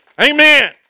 Amen